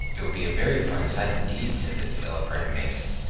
it would be a very fine sight indeed, said this ill-bred minx,